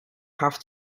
have